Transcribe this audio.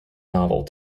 novel